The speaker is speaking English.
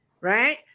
right